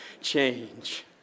Change